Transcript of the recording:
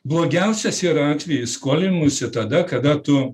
blogiausias yra atvejis skolinimuisi tada kada tu